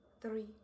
three